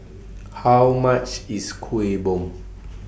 How much IS Kuih Bom